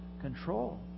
control